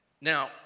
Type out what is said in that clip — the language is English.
Now